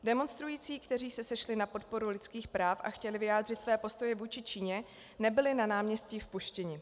Demonstrující, kteří se sešli na podporu lidských práv a chtěli vyjádřit své postoje vůči Číně, nebyli na náměstí vpuštěni.